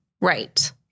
Right